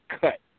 cut